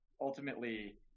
ultimately